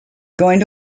going